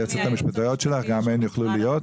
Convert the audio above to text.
היועצות המשפטיות שלך, גם הן יוכלו להיות.